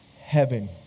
heaven